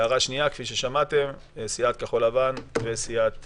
הערה שנייה, סיעת כחול לבן, סיעת